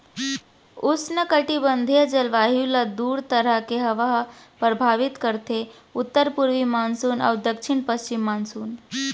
उस्नकटिबंधीय जलवायु ल दू तरह के हवा ह परभावित करथे उत्तर पूरवी मानसून अउ दक्छिन पस्चिम मानसून